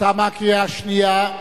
תמה הקריאה השנייה.